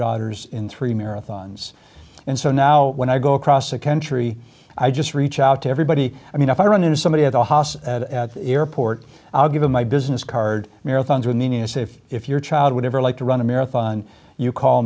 daughters in three marathons and so now when i go across the country i just reach out to everybody i mean if i run into somebody at a hoss airport i'll give them my business card marathons with needing a safe if your child would ever like to run a marathon you call